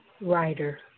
writer